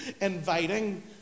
inviting